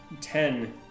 ten